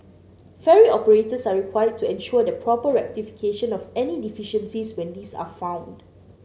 ferry operators are required to ensure the proper rectification of any deficiencies when these are found